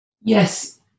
Yes